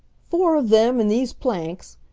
four of them, and these planks.